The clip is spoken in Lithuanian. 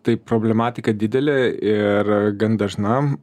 tai problematika didelė ir gan dažna